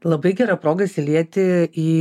labai gera proga įsilieti į